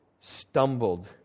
stumbled